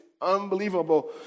unbelievable